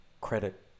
credit